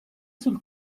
sul